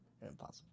impossible